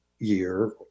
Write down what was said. year